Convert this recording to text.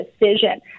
decision